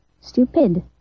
stupid